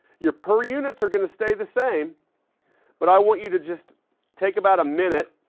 your per units are going to stay the same but i want you to just take about a minute,